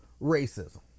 racism